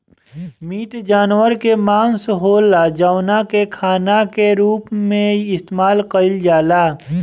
meat जानवर के मांस होला जवना के खाना के रूप में इस्तेमाल कईल जाला